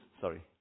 sorry